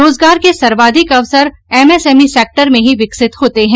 रोजगार के सर्वाधिक अवसर एमएसएमई सैक्टर में ही विकसित होते हैं